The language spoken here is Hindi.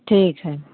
ठीक है